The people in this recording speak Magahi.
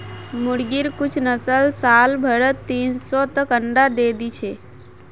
मुर्गिर कुछ नस्ल साल भरत तीन सौ तक अंडा दे दी छे